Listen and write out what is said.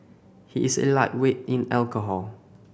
he is a lightweight in alcohol